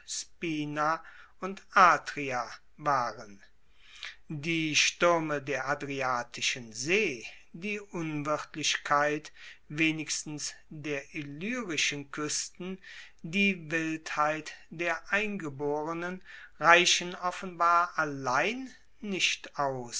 spina und atria waren die stuerme der adriatischen see die unwirtlichkeit wenigstens der illyrischen kuesten die wildheit der eingeborenen reichen offenbar allein nicht